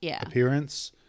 appearance